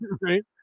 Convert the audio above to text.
right